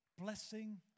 blessing